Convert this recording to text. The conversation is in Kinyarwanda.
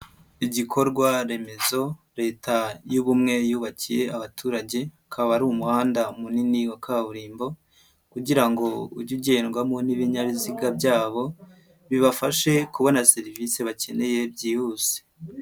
Igikorwaremezo leta y'ubumwe yubakiye abaturage, akaba ari umuhanda munini wa kaburimbo kugira ngo ujye ugendwamo n'ibinyabiziga byabo, bibafashe kubona serivisi bakeneye byihuse.